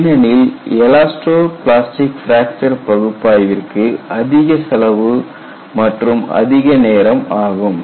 ஏனெனில் elastoplastic fracture பகுப்பாய்விற்கு அதிக செலவு மற்றும் அதிகநேரம் ஆகும்